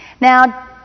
Now